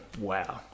wow